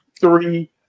three